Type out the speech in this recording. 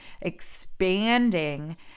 expanding